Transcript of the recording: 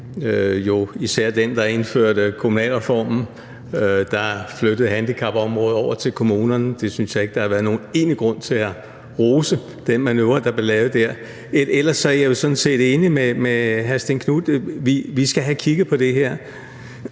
især af den, der indførte kommunalreformen, og som flyttede handicapområdet over til kommunerne. Jeg synes ikke, der har været nogen egentlig grund til at rose den manøvre, der blev lavet der. Ellers er jeg jo sådan set enig med hr. Stén Knuth i, at vi skal have kigget på det her,